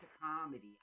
comedy